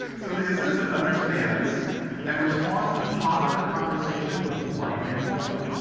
so, the assistant understands and responds to positive conversation with polite reinforcement.